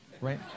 right